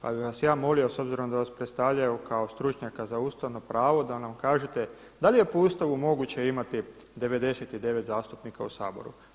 Pa bih vas ja molio s obzirom da vas predstavljaju kao stručnjaka za ustavno pravo da nam kažete, da li je po Ustavu moguće imati 99 zastupnika u Saboru.